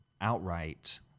outright